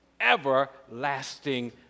everlasting